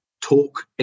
talk